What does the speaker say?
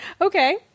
Okay